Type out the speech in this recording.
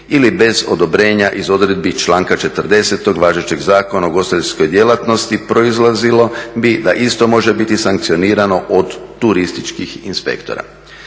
ili bez odobrenja iz odredbi članka 40. tog važećeg Zakona o ugostiteljskoj djelatnosti. Proizlazilo bi da isto može biti sankcionirano od turističkih inspektora.